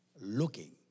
looking